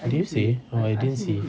did you say oh I didn't see